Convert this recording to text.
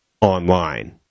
online